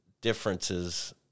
differences